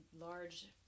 large